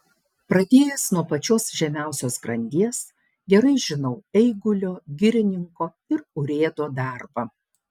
pradėjęs nuo pačios žemiausios grandies gerai žinau eigulio girininko ir urėdo darbą